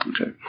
Okay